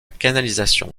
canalisation